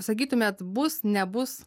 sakytumėt bus nebus